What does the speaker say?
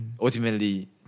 Ultimately